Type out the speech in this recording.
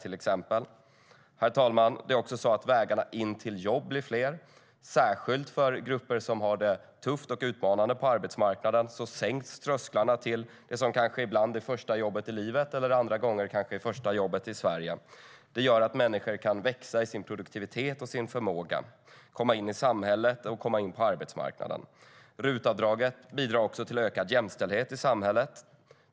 Det är också så, herr talman, att vägarna in till jobb blir fler. Särskilt för grupper som har det tufft och utmanande på arbetsmarknaden sänks trösklarna till det som ibland är första jobbet i livet eller andra gånger är första jobbet i Sverige. Det gör att människor kan växa i produktivitet och förmåga, komma in i samhället och komma in på arbetsmarknaden. RUT-avdraget bidrar också till ökad jämställdhet i samhället.